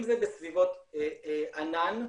אם זה בסביבות ענן,